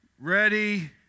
ready